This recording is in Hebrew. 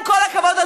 עם כל הכבוד,